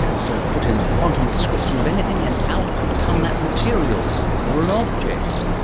so put in the quantum description of anything and out could come that material or an object.